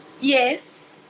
Yes